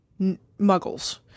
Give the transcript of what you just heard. muggles